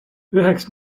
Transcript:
üheks